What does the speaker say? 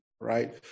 right